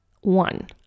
one